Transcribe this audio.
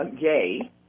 gay